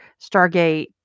Stargate